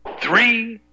three